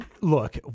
Look